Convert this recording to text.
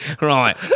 Right